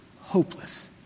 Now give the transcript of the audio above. hopeless